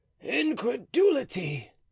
Incredulity